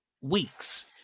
weeks